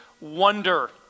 Wonder